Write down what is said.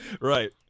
Right